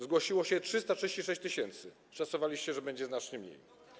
Zgłosiło się 336 tys., szacowaliście, że będzie znacznie mniej.